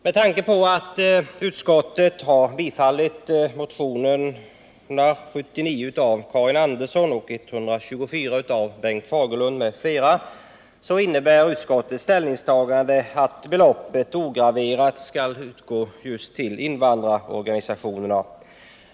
Med tanke på att utskottet har tillstyrkt bifall till motionerna 79 av Karin Andersson och 124 av Bengt Fagerlund m.fl. innebär utskottets ställningstagande att beloppet ograverat skall utgå just till invandrarorganisationerna.